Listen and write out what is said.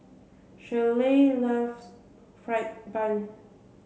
Shirlie loves fried bun